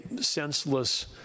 senseless